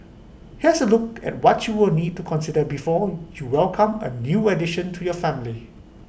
here's A look at what you will need to consider before you welcome A new addition to your family